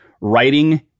writing